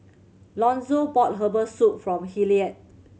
Lonzo bought herbal soup for Hilliard